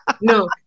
No